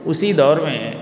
उसी दौर में